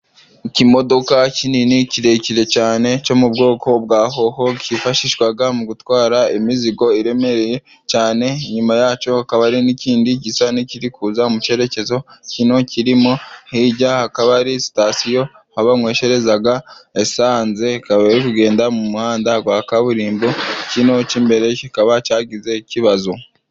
Ikimodoka kinini kirekire cyane cyo mu bwoko bwa hoho, kifashishwa mu gutwara imizigo iremereye cyane. Inyuma yacyo hakaba hari n'ikindi gisa n'ikiri kuza mu cyerekezo kino kirimo. Hirya hakaba hari sitasiyo aho banyweshereza esanse, bikaba biri kugenda mu muhanda wa kaburimbo. Kino cy'imbere kikaba cyagize ikibazo.